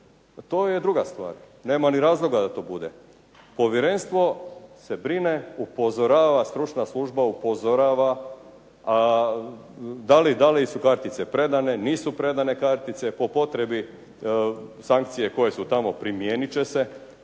to je druga stvar. Nema ni razloga da to bude. Povjerenstvo se brine, stručna služba upozorava da li su kartice predane, nisu predane kartice, po potrebi sankcije koje su tamo primijenit će se